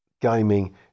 Gaming